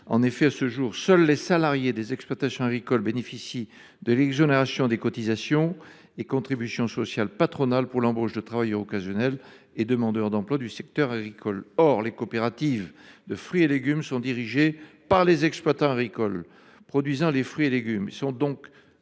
En effet, à ce jour, seules les exploitations agricoles bénéficient de l’exonération des cotisations et contributions sociales patronales pour l’embauche de travailleurs occasionnels demandeurs d’emploi. Or les coopératives de fruits et légumes sont dirigées par les exploitants agricoles produisant les fruits et légumes